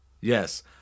Yes